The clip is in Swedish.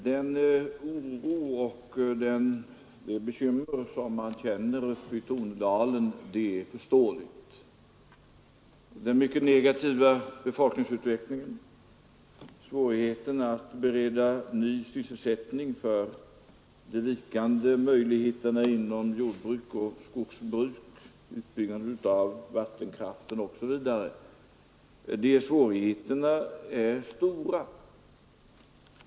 Fru talman! Den oro man känner och de bekymmer man har i Tornedalen är förståeliga. Den mycket negativa befolkningsutvecklingen, svårigheterna att bereda ny sysselsättning som ersättning för de vikande möjligheterna inom jordbruk och skogsbruk, utbyggnaden av vattenkraft osv. är mycket stora problem.